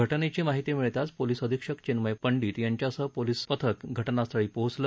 घटनेची माहिती मिळताच पोलिस अधिक्षक चिन्मय पंडीत यांच्यासह पोलीस पथक घटनास्थळी पोहोचलं